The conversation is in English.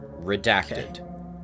Redacted